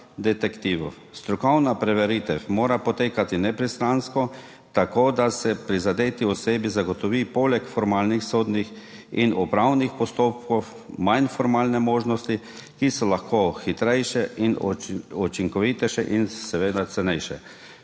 detektivov. Strokovna preveritev mora potekati nepristransko, tako, da se prizadeti osebi zagotovi poleg formalnih sodnih in upravnih postopkov manj formalne možnosti, ki so lahko hitrejše in učinkovitejše in seveda cenejše.